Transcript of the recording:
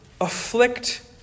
afflict